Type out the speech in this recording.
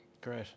Great